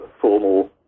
formal